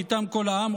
ואיתם כל העם,